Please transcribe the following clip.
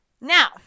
Now